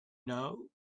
know